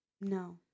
No